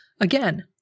again